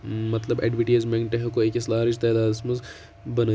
مَطلَب ایڈوَٹیٖزمینٛٹ ہیٚکو أکِس لارٕج تعدادَس مَنٛز بَنٲیِتھ